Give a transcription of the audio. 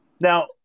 Now